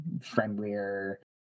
friendlier